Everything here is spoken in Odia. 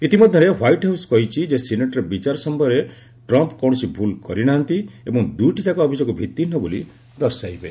ଇତିମଧ୍ୟରେ ହ୍ପାଇଟ୍ ହାଉସ୍ କହିଛି ଯେ ସିନେଟରେ ବିଚାର ସମୟରେ ଟ୍ରମ୍ପ କୌଣସି ଭୁଲ କରିନାହାନ୍ତି ଏବଂ ଦୁଇଟିଯାକ ଅଭିଯୋଗ ଭିତ୍ତିହୀନ ବୋଲି ଦର୍ଶାଇବେ